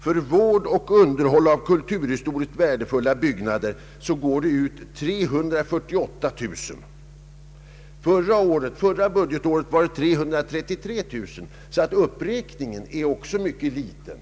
För vård och underhåll av kulturhistoriskt värdefulla byggnader utgår sammanlagt 348 000 kronor. Förra året var beloppet 333 000 kronor. Uppräkningen är sålunda mycket liten.